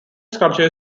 sculpture